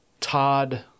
Todd